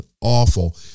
awful